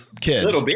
kids